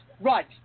right